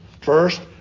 First